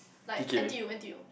like N_T_U N_T_U